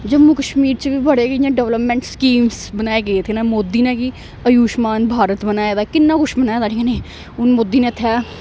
जम्मू कश्मीर च बी बड़े गै इ'यां डेवलपमेंट स्कीम्स बनाए गे थे न मोदी ने गी आयुषमान भारत बनाए दा किन्ना कुछ बनाए दा नि हून मोदी ने इत्थै